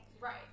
Right